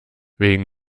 wegen